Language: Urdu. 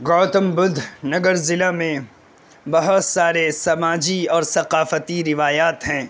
گوتم بدھ نگر ضلع میں بہت سارے سماجی اور ثقافتی روایات ہیں